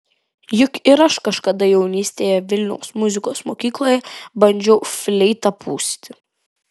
juk ir aš kažkada jaunystėje vilniaus muzikos mokykloje bandžiau fleitą pūsti